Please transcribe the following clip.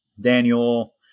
Daniel